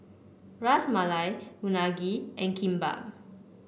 Ras Malai Unagi and Kimbap